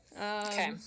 okay